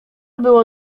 było